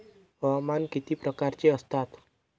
हवामान किती प्रकारचे असतात?